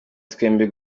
twembi